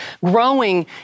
growing